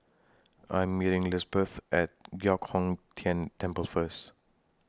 I Am meeting Lisbeth At Giok Hong Tian Temple First